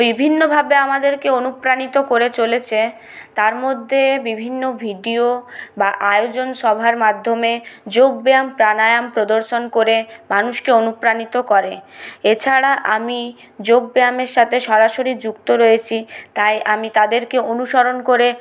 বিভিন্নভাবে আমাদেরকে অনুপ্রাণিত করে চলেছে তারমধ্যে বিভিন্ন ভিডিও বা আয়োজন সভার মাধ্যমে যোগব্যায়াম প্রাণায়াম প্রদর্শন করে মানুষকে অনুপ্রাণিত করে এছাড়া আমি যোগব্যায়ামের সাথে সরাসরি যুক্ত রয়েছি তাই আমি তাদেরকে অনুসরণ করে